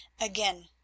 again